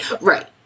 Right